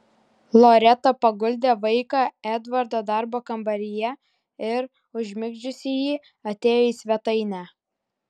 loreta paguldė vaiką edvardo darbo kambaryje ir užmigdžiusi jį atėjo į svetainę